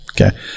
Okay